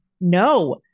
No